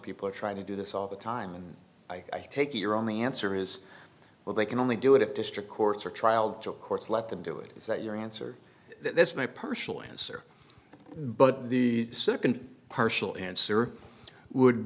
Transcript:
people are trying to do this all the time and i take it your only answer is well they can only do it if district courts or trial courts let them do it is that your answer that's my personal answer but the second partial answer would